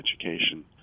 education